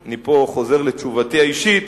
פה אני חוזר לתשובתי האישית,